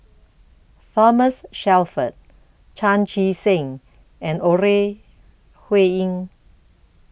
Thomas Shelford Chan Chee Seng and Ore Huiying